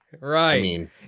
Right